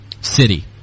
City